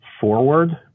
forward